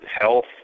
health